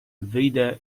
wyjdę